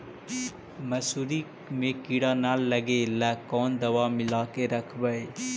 मसुरी मे किड़ा न लगे ल कोन दवाई मिला के रखबई?